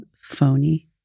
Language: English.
phony